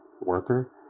worker